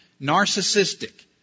narcissistic